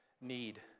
need